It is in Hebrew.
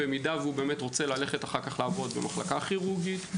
אם הוא באמת רוצה ללכת אחר כך לעבוד במחלקה כירורגית,